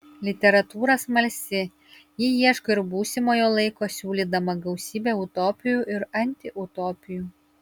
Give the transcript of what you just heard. literatūra smalsi ji ieško ir būsimojo laiko siūlydama gausybę utopijų ir antiutopijų